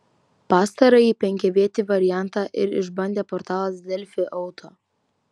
pastarąjį penkiavietį variantą ir išbandė portalas delfi auto